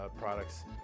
products